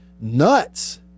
nuts